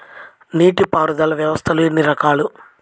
నీటిపారుదల వ్యవస్థలు ఎన్ని రకాలు?